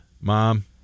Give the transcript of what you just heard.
Mom